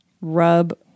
Rub